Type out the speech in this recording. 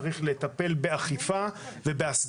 צריך לטפל בנושא הזה על ידי אכיפה ואסדרה.